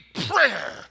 prayer